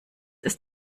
ist